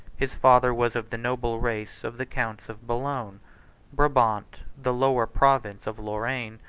his father was of the noble race of the counts of boulogne brabant, the lower province of lorraine,